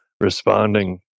responding